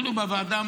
תתחילו בוועדה.